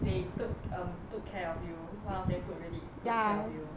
they took um took care of you one of them took really good care of you